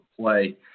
play